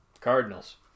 Cardinals